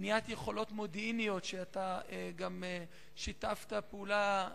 בניית יכולות מודיעיניות, ואתה גם שיתפת פעולה,